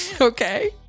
Okay